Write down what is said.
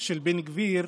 של בן גביר,